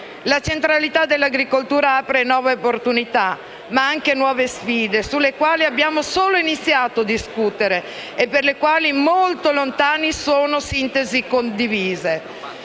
La centralità dell'agricoltura apre nuove opportunità, ma anche nuove sfide sulle quali abbiamo solo iniziato a discutere e per le quali sono molto lontane sintesi condivise.